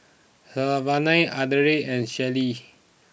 Savanna Ardella and Sheryl